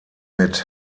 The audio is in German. mit